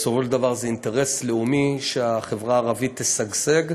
בסופו של דבר זה אינטרס לאומי שהחברה הערבית תשגשג,